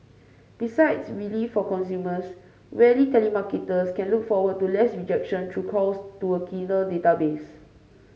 besides relief for consumers weary telemarketers can look forward to less rejection through calls to a cleaner database